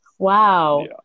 Wow